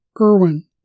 Irwin